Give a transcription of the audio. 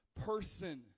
person